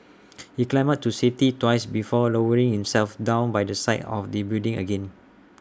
he climbed up to safety twice before lowering himself down by the side of the building again